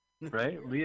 Right